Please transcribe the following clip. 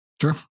Sure